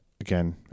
again